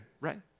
right